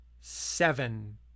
seven